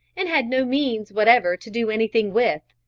and had no means whatever to do anything with.